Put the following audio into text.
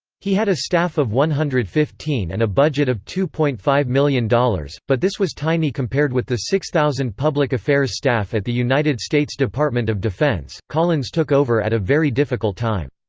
he had a staff of one hundred and fifteen and a budget of two point five million dollars, but this was tiny compared with the six thousand public affairs staff at the united states department of defense collins took over at a very difficult time.